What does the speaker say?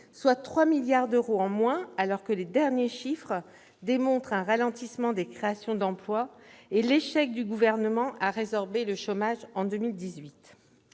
de 3 milliards d'euros, alors que les derniers chiffres montrent un ralentissement des créations d'emploi et l'échec du Gouvernement à résorber le chômage en 2018.